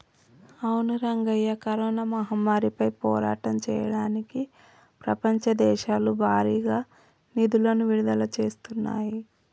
అవును రంగయ్య కరోనా మహమ్మారిపై పోరాటం చేయడానికి ప్రపంచ దేశాలు భారీగా నిధులను విడుదల చేస్తున్నాయి